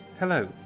Hello